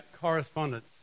correspondence